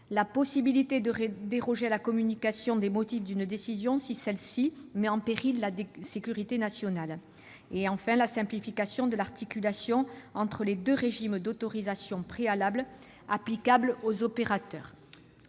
la possibilité de déroger à la communication des motifs d'une décision qui mettrait en péril la sécurité nationale ; la simplification de l'articulation entre les deux régimes d'autorisation préalable applicables aux opérateurs.